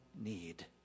need